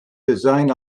design